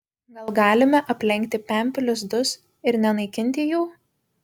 gal galime aplenkti pempių lizdus ir nenaikinti jų